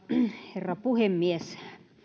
herra puhemies